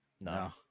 No